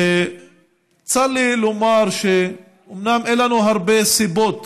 צר לי לומר שאומנם אין לנו הרבה סיבות